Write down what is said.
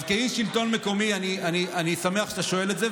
אז כאיש שלטון מקומי אני שמח שאתה שואל את זה,